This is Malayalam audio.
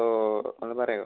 ഓ ഒന്ന് പറയുവോ